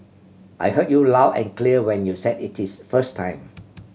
I heard you loud and clear when you said it is first time